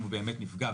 אם הוא באמת נפגע,